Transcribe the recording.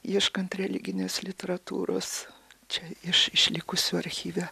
ieškant religinės literatūros čia iš išlikusių archyve